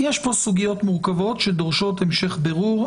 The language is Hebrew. יש פה סוגיות מורכבות שדורשות המשך בירור.